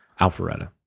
Alpharetta